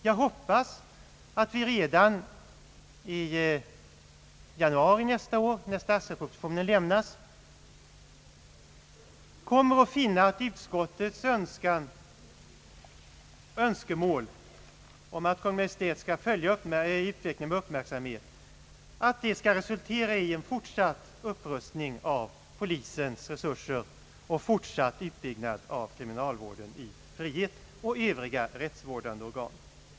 Jag hoppas att vi redan i januari nästa år, när statsverkspropositionen lämnas, kommer att finna att utskottets önskemål om att Kungl. Maj:t skall följa utvecklingen med uppmärksamhet skall resultera i en fortsatt upprustning av polisens resurser och en fortsatt utbyggnad av kriminalvården i frihet och övriga rättsvårdande organ.